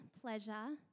pleasure